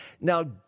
Now